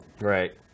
right